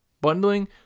Bundling